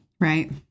Right